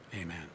Amen